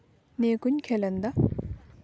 ᱱᱤᱭᱟᱹ ᱠᱚᱧ ᱠᱷᱮᱞᱟ ᱤᱧᱫᱚ